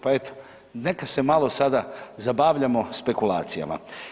Pa eto, neka se malo sada zabavljamo spekulacijama.